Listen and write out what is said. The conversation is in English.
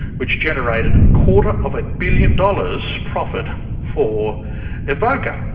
which generated a quarter of a billion dollars profit for evocca.